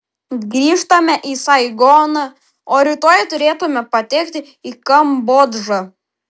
grįžtame į saigoną o rytoj turėtume patekti į kambodžą